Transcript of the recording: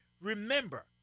remember